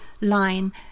line